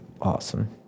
Awesome